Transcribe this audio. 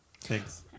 Thanks